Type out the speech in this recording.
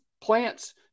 plants